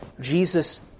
Jesus